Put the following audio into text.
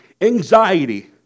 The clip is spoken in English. anxiety